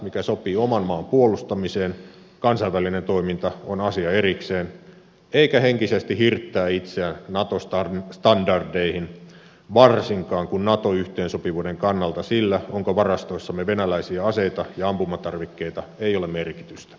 mikä sopii oman maan puolustamiseen kansainvälinen toiminta on asia erikseen eikä henkisesti hirttää itseään nato standardeihin varsinkaan kun nato yhteensopivuuden kannalta sillä onko varastoissamme venäläisiä aseita ja ampumatarvikkeita ei ole merkitystä